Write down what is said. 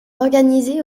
organisé